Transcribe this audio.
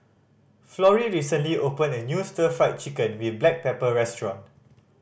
Florrie recently opened a new Stir Fried Chicken with black pepper restaurant